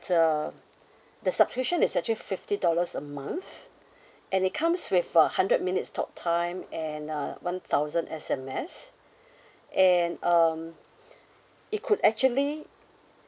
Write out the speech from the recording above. uh the subscription is actually fifty dollars a month and it comes with a hundred minutes talk time and uh one thousand S_M_S and um it could actually